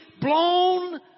blown